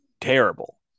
terrible